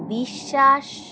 বিশ্বাস